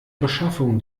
beschaffung